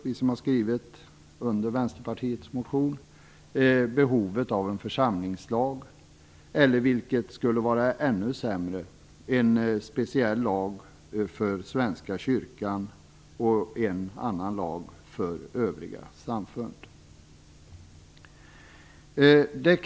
Vi som står bakom Vänsterpartiets motion ifrågasätter därför behovet av en församlingslag - eller vilket skulle vara ännu sämre: en speciell lag för Svenska kyrkan och en annan lag för övriga samfund.